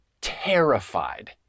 terrified